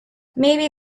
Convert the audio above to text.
maybe